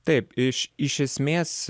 taip iš iš esmės